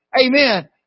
Amen